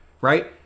right